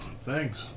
Thanks